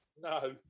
No